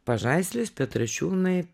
pažaislis petrašiūnai